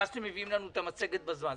ואז אתם מביאים לנו אתה מצגת בזמן,